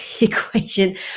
equation